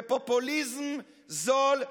בפופוליזם זול,